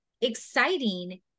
exciting